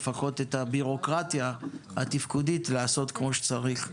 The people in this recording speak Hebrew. לפחות את הבירוקרטיה התפקודית לעשות כמו שצריך.